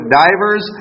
divers